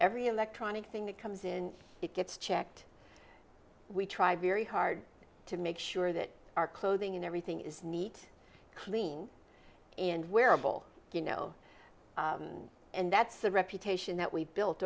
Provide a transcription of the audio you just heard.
every electronic thing that comes in it gets checked we try very hard to make sure that our clothing in everything is neat clean and wearable you know and that's the reputation that we've built